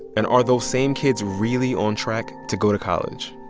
and are those same kids really on track to go to college?